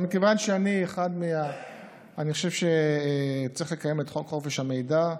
מכיוון שאני חושב שצריך לקיים את חוק חופש המידע,